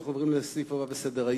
אנחנו עוברים לסעיף הבא בסדר-היום: